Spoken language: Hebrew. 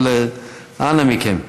אבל אנא מכם.